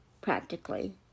Practically